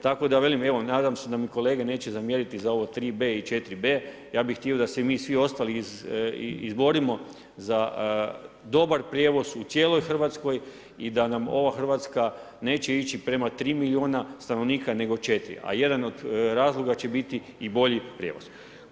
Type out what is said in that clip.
Tako da velim i nadam se da mi kolege neće zamjeriti za ovo 3B i 4B, ja bih htio da se mi svi ostali izborimo za dobar prijevoz u cijeloj Hrvatskoj i da nam ova Hrvatska neće ići prema 3 milijuna stanovnika nego 4, a jedan od razloga će biti i bolji prijevoz.